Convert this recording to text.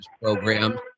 program